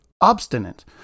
obstinate